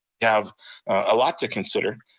have a lot to consider